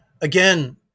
again